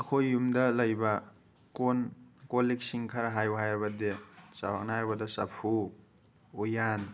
ꯑꯩꯈꯣꯏ ꯌꯨꯝꯗ ꯂꯩꯕ ꯀꯣꯟ ꯀꯣꯜꯂꯤꯛꯁꯤꯡ ꯈꯔ ꯍꯥꯏꯌꯨ ꯍꯥꯏꯔꯕꯗꯤ ꯆꯥꯎꯔꯥꯛꯅ ꯍꯥꯏꯔꯕꯗ ꯆꯐꯨ ꯎꯌꯥꯟ